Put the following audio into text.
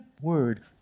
word